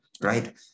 right